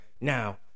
Now